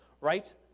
right